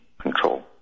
control